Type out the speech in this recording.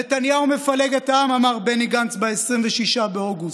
"נתניהו מפלג את העם", אמר בני גנץ ב-26 באוגוסט,